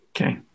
okay